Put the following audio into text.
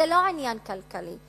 זה לא עניין כלכלי,